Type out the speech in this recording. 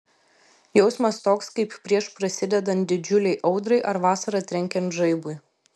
jausmas toks kaip prieš prasidedant didžiulei audrai ar vasarą trenkiant žaibui